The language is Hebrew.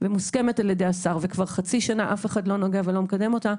ומוסכמת על ידי השר וכבר חצי שנה אף אחד לא נוגע ולא מקדם אותה,